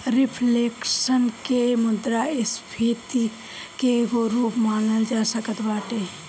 reflection के मुद्रास्फीति के एगो रूप मानल जा सकत बाटे